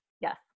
Yes